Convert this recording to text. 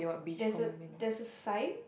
that's a that's a sign